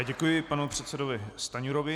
Děkuji panu předsedovi Stanjurovi.